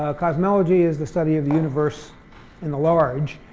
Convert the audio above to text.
ah cosmology is the study of the universe in the large,